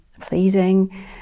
pleasing